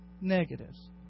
negatives